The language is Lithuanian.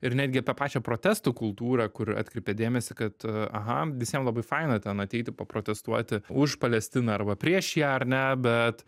ir netgi apie pačią protestų kultūrą kur atkreipė dėmesį kad aha visiem labai faina ten ateiti paprotestuoti už palestiną arba prieš ją ar ne bet